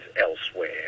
elsewhere